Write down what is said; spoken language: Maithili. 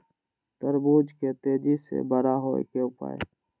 तरबूज के तेजी से बड़ा होय के उपाय?